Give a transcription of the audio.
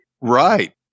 Right